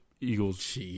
Eagles